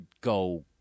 go